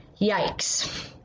Yikes